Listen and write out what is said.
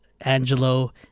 Angelo